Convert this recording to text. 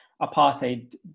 apartheid